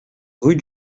rue